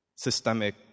systemic